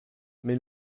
mais